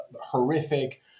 horrific